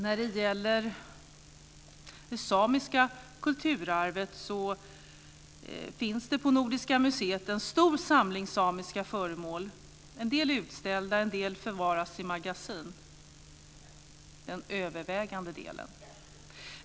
När det gäller det samiska kulturarvet finns det på Nordiska museet en stor samling samiska föremål. En del är utställda, en del förvaras i magasin - den övervägande delen.